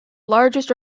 largest